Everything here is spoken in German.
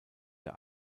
der